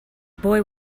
boy